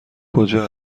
کجا